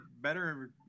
better